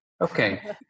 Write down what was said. Okay